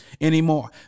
anymore